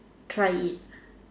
try it